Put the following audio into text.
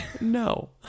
No